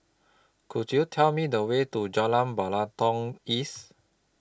Could YOU Tell Me The Way to Jalan Batalong East